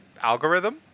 algorithm